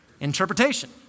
Interpretation